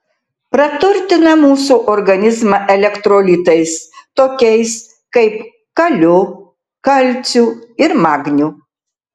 praturtina mūsų organizmą elektrolitais tokiais kaip kaliu kalciu ir magniu